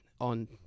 on